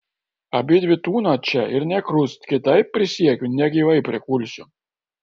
abidvi tūnot čia ir nė krust kitaip prisiekiu negyvai prikulsiu